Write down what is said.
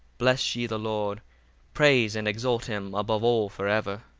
bless ye the lord praise and exalt him above all for ever.